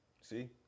See